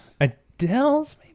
adele's